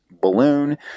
balloon